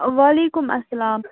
وعیلکُم اسلام